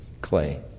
clay